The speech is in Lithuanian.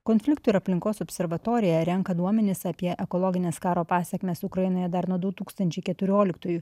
konfliktų ir aplinkos observatorija renka duomenis apie ekologines karo pasekmes ukrainoje dar nuo du tūkstančiai keturioliktųjų